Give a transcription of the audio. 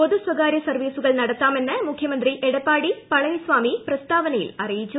പൊതു സ്വകാരൃ സർവീസുകൾ നടത്താമെന്ന് മുഖ്യമന്ത്രി എടപ്പാടി പളനി സ്വാമി പ്രസ്താവനയിൽ അറിയിച്ചു